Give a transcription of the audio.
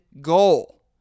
goal